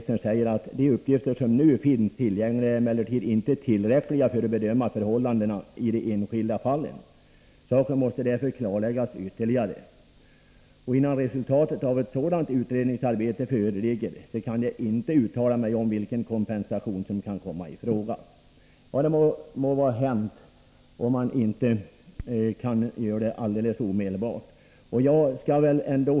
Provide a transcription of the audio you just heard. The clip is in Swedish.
Så här står det: ”De uppgifter som nu finns tillgängliga är emellertid inte tillräckliga för att bedöma förhållandena i de enskilda fallen. Saken måste därför klarläggas ytterligare. Innan resultatet av ett sådant utredningsarbete föreligger kan jag inte uttala mig om vilken kompensation som kan komma i fråga.” Det må vara hänt om det inte är möjligt att omedelbart ge ett sådant besked.